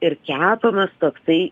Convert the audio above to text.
ir kepamas toksai